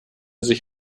sich